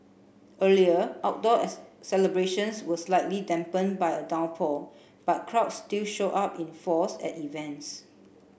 earlier outdoor celebrations were slightly dampened by a downpour but crowds still showed up in force at events